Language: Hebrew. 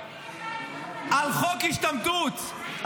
על חוק השתמטות,